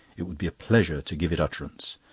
it would be a pleasure to give it utterance.